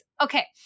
Okay